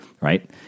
right